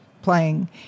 playing